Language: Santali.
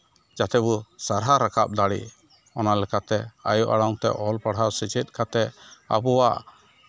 ᱡᱟᱛᱮ ᱵᱚᱱ ᱥᱟᱨᱦᱟᱣ ᱨᱟᱠᱟᱵ ᱫᱟᱲᱮᱜ ᱚᱱᱟ ᱞᱮᱠᱟᱛᱮ ᱟᱭᱳ ᱟᱲᱟᱝ ᱛᱮ ᱚᱞ ᱯᱟᱲᱦᱟᱣ ᱥᱮᱪᱮᱫ ᱠᱟᱛᱮᱫ ᱟᱵᱚᱣᱟᱜ